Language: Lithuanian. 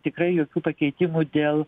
tikrai jokių pakeitimų dėl